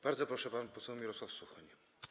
Bardzo proszę, pan poseł Mirosław Suchoń.